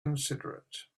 considerate